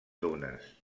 dunes